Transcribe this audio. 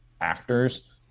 actors